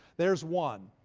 there's one.